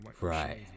Right